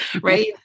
Right